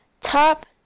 Top